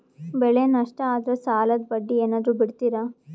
ಬೆಳೆ ನಷ್ಟ ಆದ್ರ ಸಾಲದ ಬಡ್ಡಿ ಏನಾದ್ರು ಬಿಡ್ತಿರಾ?